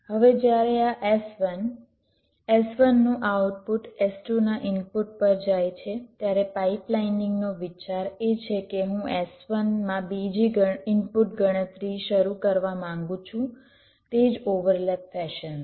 હવે જ્યારે આ S1 S1 નું આઉટપુટ S2 ના ઇનપુટ પર જાય છે ત્યારે પાઇપલાઇનીંગનો વિચાર એ છે કે હું S1 માં બીજી ઇનપુટ ગણતરી શરૂ કરવા માંગું છું તે જ ઓવર લેપ ફેશન માં